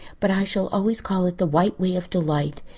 but i shall always call it the white way of delight.